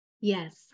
Yes